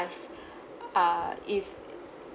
uh if